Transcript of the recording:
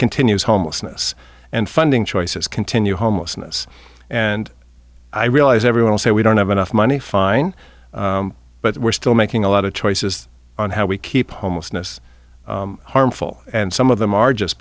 continues homelessness and funding choices continue homelessness and i realize everyone say we don't have enough money fine but we're still making a lot of choices on how we keep homelessness harmful and some of them are just